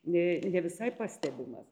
nė ne visai pastebimas